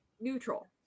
neutral